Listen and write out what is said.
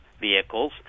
vehicles